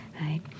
Right